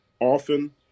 often